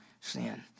sin